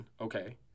Okay